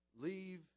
leave